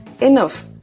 enough